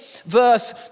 Verse